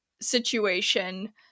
situation